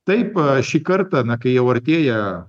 taip šį kartą na kai jau artėja